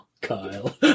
Kyle